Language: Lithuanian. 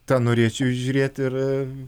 tą norėčiau įžiūrėti ir